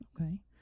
Okay